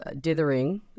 Dithering